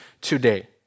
today